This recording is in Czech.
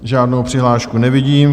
Žádnou přihlášku nevidím.